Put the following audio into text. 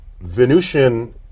Venusian